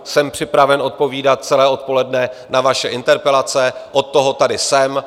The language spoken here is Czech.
Jsem připraven odpovídat celé odpoledne na vaše interpelace, od toho tady jsem.